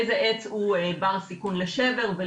איזה עץ הוא בר תיקון לשבר.